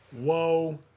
Whoa